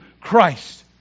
Christ